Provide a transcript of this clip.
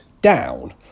down